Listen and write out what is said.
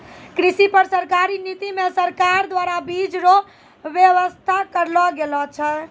कृषि पर सरकारी नीति मे सरकार द्वारा बीज रो वेवस्था करलो गेलो छै